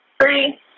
three